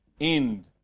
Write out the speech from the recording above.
End